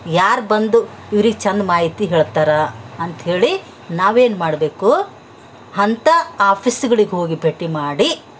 ಯಾರು ಬಂದು ಇವ್ರಿಗೆ ಛಂದ ಮಾಹಿತಿ ಹೇಳ್ತಾರ ಅಂತಹೇಳಿ ನಾವೇನು ಮಾಡಬೇಕು ಅಂತ ಆಫೀಸ್ಗಳಿಗೆ ಹೋಗಿ ಭೇಟಿ ಮಾಡಿ